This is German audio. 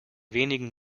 wenigen